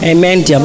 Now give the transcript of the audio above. Amen